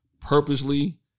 purposely